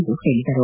ಎಂದು ಹೇಳಿದರು